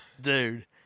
Dude